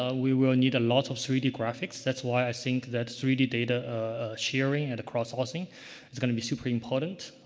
um we will need a lot of three d graphics. that's why i think that three d data sharing and crowdsourcing is going to be super important.